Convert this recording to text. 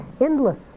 endless